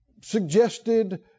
suggested